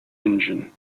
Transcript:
engine